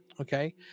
Okay